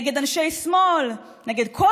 נגד אנשי שמאל,